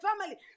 family